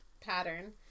pattern